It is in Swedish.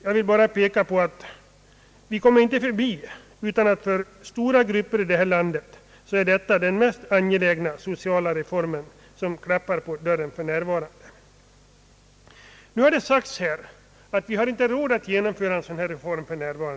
Jag vill bara peka på att vi inte kommer ifrån att sänkt pensionsålder för stora grupper här i landet är den mest angelägna sociala reform som nu klappar på dörren. Man säger att vi för närvarande inte har råd att genomföra en sådan reform.